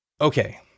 Okay